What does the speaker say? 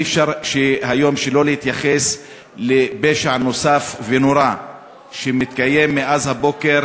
אי-אפשר היום שלא להתייחס לפשע נוסף ונורא שמתקיים מאז הבוקר,